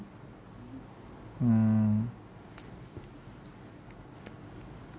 hmm